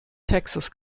texas